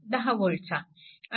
10V चा